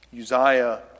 Uzziah